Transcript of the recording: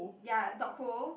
ya dog hole